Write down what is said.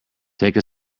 take